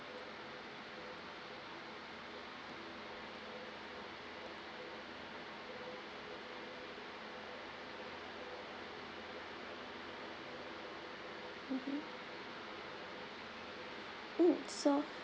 mmhmm mm so